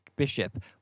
Bishop